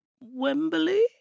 Wembley